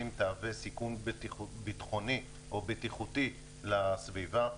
תהווה סיכון ביטחוני או בטיחותי לסביבה,